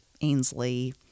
Ainsley